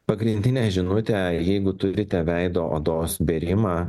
pagrindinė žinutė jeigu turite veido odos bėrimą